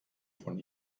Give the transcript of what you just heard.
von